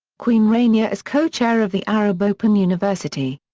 queen rania is co-chair of the arab open university.